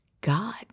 God